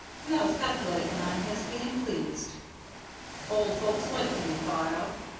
and i was calc'latin' on his being pleased old folks like to be thought of,